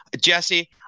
Jesse